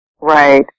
Right